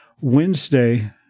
Wednesday